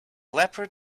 leopard